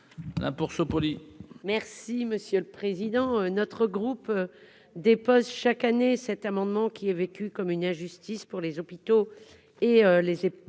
Merci monsieur le président, notre groupe dépose chaque année cet amendement qui est vécu comme une injustice pour les hôpitaux et les et